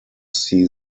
see